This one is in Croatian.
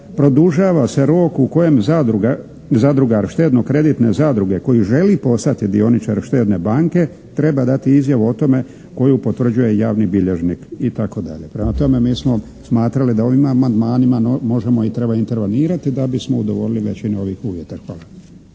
produžava se rok u kojem zadrugar štedno-kreditne zadruge koji želi postati dioničar štedne banke treba dati izjavu o tome koju potvrđuje javni bilježnik itd. Prema tome, mi smo smatrali da ovim amandmanima možemo i treba intervenirati da bismo udovoljili većini ovih uvjeta. Hvala.